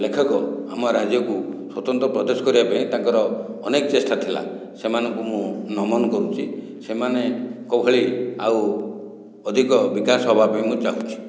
ଲେଖକ ଆମ ରାଜ୍ୟକୁ ସ୍ୱତନ୍ତ୍ର ପ୍ରଦେଶ କରିବା ପାଇଁ ତାଙ୍କର ଅନେକ ଚେଷ୍ଟା ଥିଲା ସେମାନଙ୍କୁ ମୁଁ ନମନ କରୁଛି ସେମାନେଙ୍କ ଭଳି ଆଉ ଅଧିକ ବିକାଶ ହେବାପାଇଁ ମୁଁ ଚାହୁଁଛି